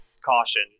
caution